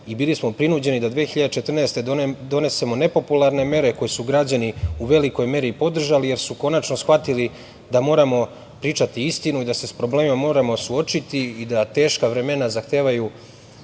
i bili smo prinuđeni da 2014. godine donesemo nepopularne mere koje su građani u velikoj meri podržali, jer su konačno shvatili da moramo pričati istinu i da se sa problemima moramo suočiti i da teška vremena zahtevaju